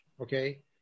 Okay